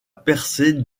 percée